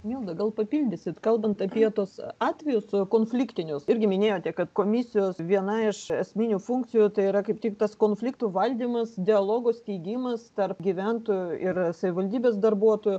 milda gal papildysit kalbant apie tuos atvejus konfliktinius irgi minėjote kad komisijos viena iš esminių funkcijų tai yra kaip tik tas konfliktų valdymas dialogo steigimas tarp gyventojų ir savivaldybės darbuotojų